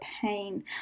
pain